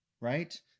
right